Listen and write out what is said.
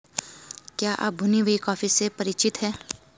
क्या आप भुनी हुई कॉफी से परिचित हैं?